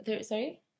Sorry